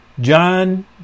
John